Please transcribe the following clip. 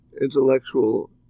intellectual